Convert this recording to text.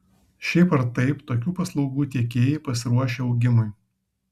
šiaip ar taip tokių paslaugų tiekėjai pasiruošę augimui